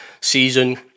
season